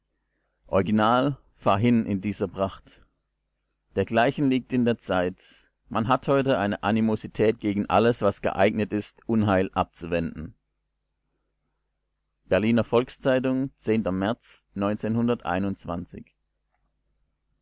original fahr hin in dieser pracht dergleichen liegt in der zeit man hat heute eine animosität gegen alles was geeignet ist unheil abzuwenden berliner volks-zeitung märz